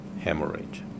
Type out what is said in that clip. hemorrhage